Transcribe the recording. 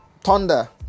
Thunder